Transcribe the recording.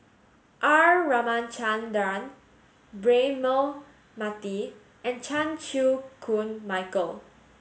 R Ramachandran Braema Mathi and Chan Chew Koon Michael